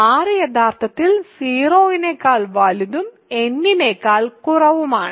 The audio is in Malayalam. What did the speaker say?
r യഥാർത്ഥത്തിൽ 0 നേക്കാൾ വലുതും n നേക്കാൾ കുറവുമാണ്